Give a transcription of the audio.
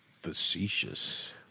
Facetious